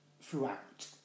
throughout